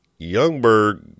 Youngberg